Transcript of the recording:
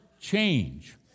change